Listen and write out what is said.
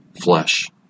flesh